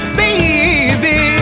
baby